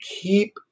keep